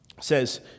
says